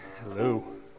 hello